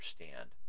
understand